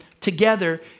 together